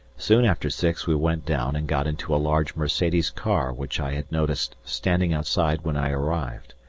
soon after six we went down and got into a large mercedes car which i had noticed standing outside when i arrived.